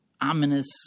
ominous